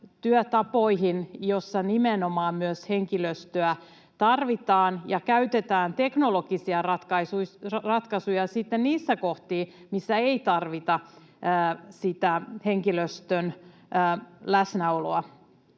työtapoihin, joissa nimenomaan myös henkilöstöä tarvitaan, ja käytetään teknologisia ratkaisuja sitten niissä kohdin, missä ei tarvita sitä henkilöstön läsnäoloa.